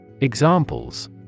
Examples